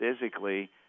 physically